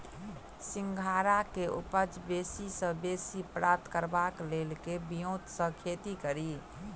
सिंघाड़ा केँ उपज बेसी सऽ बेसी प्राप्त करबाक लेल केँ ब्योंत सऽ खेती कड़ी?